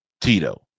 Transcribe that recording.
Tito